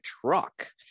truck